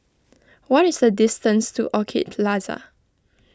what is the distance to Orchid Plaza